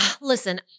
listen